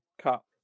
Cup